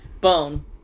Bone